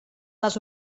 les